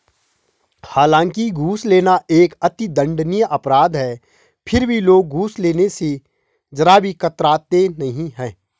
हालांकि घूस लेना एक अति दंडनीय अपराध है फिर भी लोग घूस लेने स जरा भी कतराते नहीं है